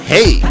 Hey